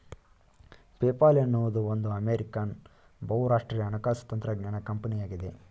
PayPal ಎನ್ನುವುದು ಒಂದು American ಬಹುರಾಷ್ಟ್ರೀಯ ಹಣಕಾಸು ತಂತ್ರಜ್ಞಾನ ಕಂಪನಿಯಾಗಿದೆ